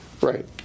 right